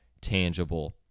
tangible